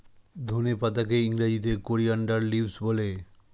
ধনে পাতাকে ইংরেজিতে কোরিয়ানদার লিভস বলে